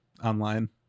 online